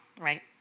right